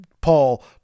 Paul